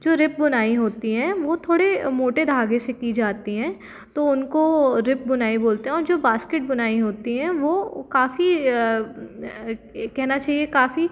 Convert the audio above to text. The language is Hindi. जो रिप बुनाई होती हैं वो थोड़े मोटे धागे से की जाती हैं तो उनको रिप बुनाई बोलते हैं और जो बास्केट बुनाई होती हैं वो काफ़ी कहना चाहिए काफ़ी